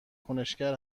کنشگر